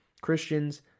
Christians